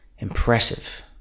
Impressive